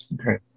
Okay